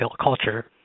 culture